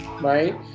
right